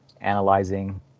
analyzing